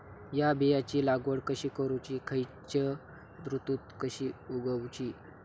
हया बियाची लागवड कशी करूची खैयच्य ऋतुत कशी उगउची?